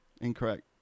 Incorrect